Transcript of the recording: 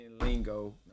Lingo